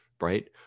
right